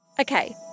Okay